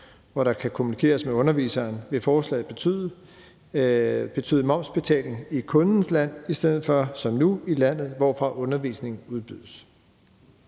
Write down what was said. hvor der kan kommunikeres med underviseren, vil der skulle ske momsbetaling i kundens land i stedet for som nu i landet, hvorfra undervisningen udbydes.